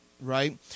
right